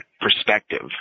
perspective